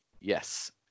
yes